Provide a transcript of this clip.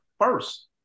first